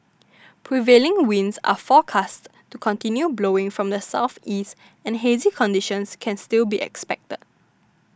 prevailing winds are forecast to continue blowing from the southeast and hazy conditions can still be expected